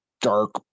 dark